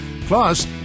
Plus